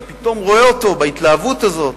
אתה פתאום רואה אותו בהתלהבות הזאת.